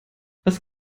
was